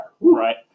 Right